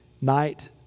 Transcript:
night